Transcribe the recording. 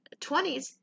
20s